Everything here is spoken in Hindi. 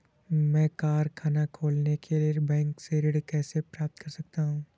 मैं कारखाना खोलने के लिए बैंक से ऋण कैसे प्राप्त कर सकता हूँ?